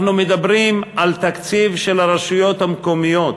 אנחנו מדברים על תקציב של הרשויות המקומיות.